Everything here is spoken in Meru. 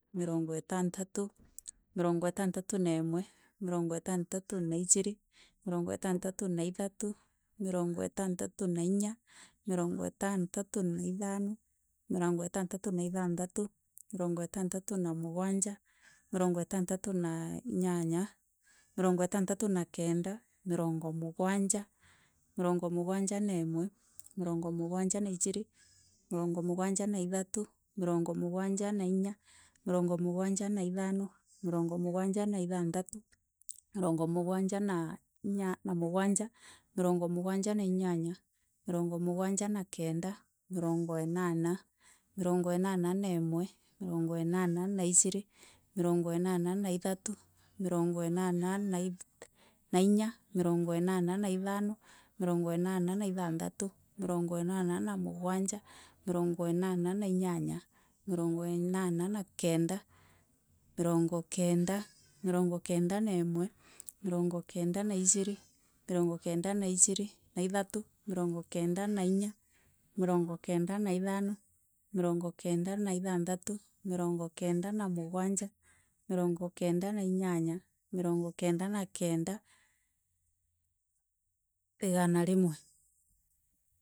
Mirongo itaritarû, mirongo itariratû na imwe, mirongo irantû naijiri mirongo irantarû na itharû, mirongo iranratû inya, mirongo irantarû na ithono, mirongo irantarû na inyanya, mirongo irantatû na mûgwanja, mirongo itantarû na inyanya, mirongo itantarû na kenda, mirongo miogwanja na itharû, mirongo migwanja na inya, mirongo mûgwanja na ithano, mirongo mûgwanja.